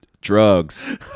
Drugs